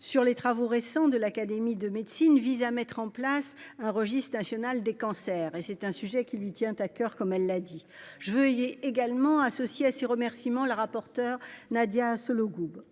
sur des travaux récents de l'Académie de médecine, vise à mettre en place un registre national des cancers. C'est un sujet qui lui tient à coeur, comme elle l'a souligné. Je veux également remercier la rapporteure, Nadia Sollogoub.